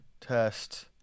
Test